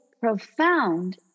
profound